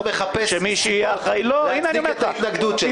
מחפש סיבות להצדיק את ההתנגדות שלך.